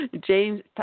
James